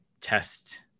test